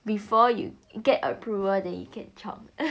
before you get approval then you can chalk